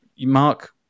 Mark